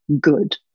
good